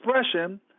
expression